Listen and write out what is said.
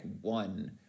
one